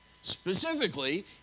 specifically